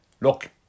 look